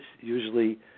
usually